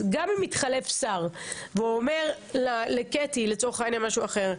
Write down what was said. אז גם אם התחלף שר ואומר לקטי לצורך העניין משהו אחר,